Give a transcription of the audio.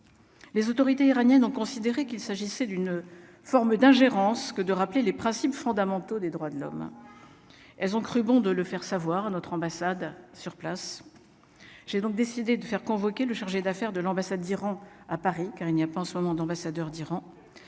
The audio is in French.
Les autorités iraniennes ont considéré qu'il s'agissait d'une forme d'ingérence que de rappeler les principes fondamentaux des droits de l'homme, elles ont cru bon de le faire savoir notre ambassade sur place, j'ai donc décidé de faire convoqué le chargé d'affaires de l'ambassade d'Iran à Paris car il n'y a pas en ce moment d'ambassadeur d'Iran,